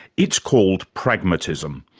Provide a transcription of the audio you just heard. it's called pragmatism,